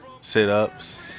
sit-ups